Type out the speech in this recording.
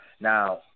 Now